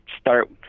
start